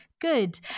good